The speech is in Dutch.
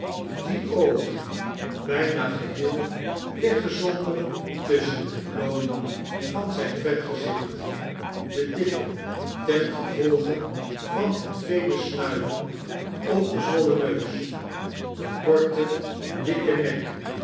die oogen bijna geiheel weggeaoiiken tusschen de plooien van zip vet gezicht de dikke tengevolge van het vele snuiven pgezwollen neus de korte dikke nek